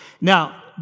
Now